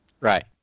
right